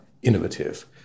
innovative